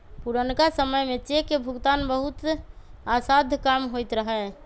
पुरनका समय में चेक के भुगतान बहुते असाध्य काम होइत रहै